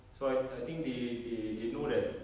so I I think they they they know that